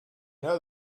know